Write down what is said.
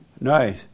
Nice